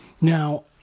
Now